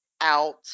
Out